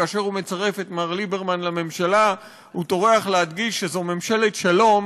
כאשר הוא מצרף את מר ליברמן לממשלה הוא טורח להדגיש שזו ממשלת שלום.